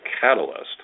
catalyst